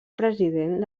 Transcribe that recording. president